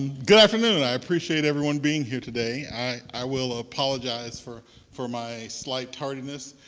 good afternoon. i appreciate everyone being here today. i will apologize for for my slight tardiness.